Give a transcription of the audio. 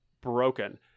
broken